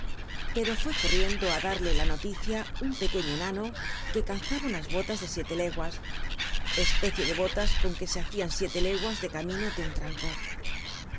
pero rué corriendo á darle la noticia un pcc ucfio enano t uc calzaba una bolas de si ele leguas c pccic de bolas con t ue e lwcian siete leguas especie de botas con que se hacian siete leguas de camino de un tranco